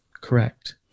Correct